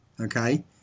okay